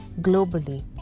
globally